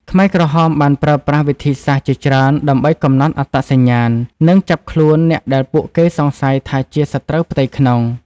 ខ្មែរក្រហមបានប្រើប្រាស់វិធីសាស្រ្តជាច្រើនដើម្បីកំណត់អត្តសញ្ញាណ និងចាប់ខ្លួនអ្នកដែលពួកគេសង្ស័យថាជាសត្រូវផ្ទៃក្នុង។